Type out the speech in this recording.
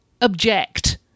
object